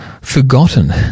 forgotten